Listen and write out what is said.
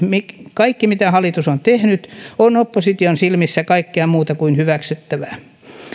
kaikki mitä hallitus on tehnyt on opposition silmissä kaikkea muuta kuin hyväksyttävää